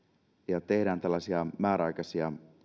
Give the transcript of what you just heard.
ja tehdään tällaisia määräaikaisia